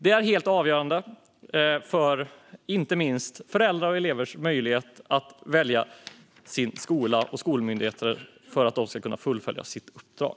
Det är helt avgörande inte minst för föräldrars och elevers möjlighet att välja sin skola och för att skolmyndigheter ska kunna fullfölja sina uppdrag.